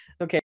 okay